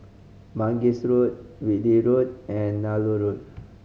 Mangis Road Whitley Road and Nallur Road